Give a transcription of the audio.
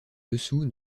dessous